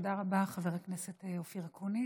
תודה רבה, חבר הכנסת אופיר אקוניס.